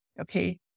okay